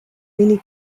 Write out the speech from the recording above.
many